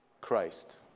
Christ